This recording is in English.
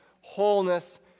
wholeness